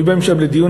היו באים שם לדיון,